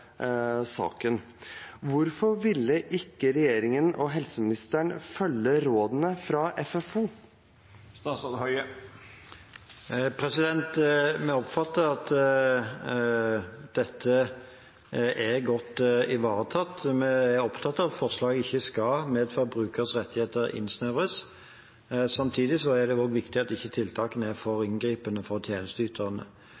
saken. Hvorfor ville ikke regjeringen og helseministeren følge rådene fra FFO? Vi oppfatter at dette er godt ivaretatt. Vi er opptatt av at forslaget ikke skal medføre at brukers rettigheter innsnevres. Samtidig er det viktig at tiltakene ikke er for